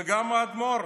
וגם האדמו"ר